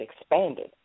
expanded